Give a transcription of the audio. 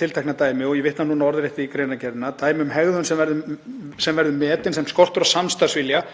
tiltekna dæmi, og ég vitna orðrétt í greinargerðina: „Dæmi um hegðun sem verður metin sem skortur á samstarfsvilja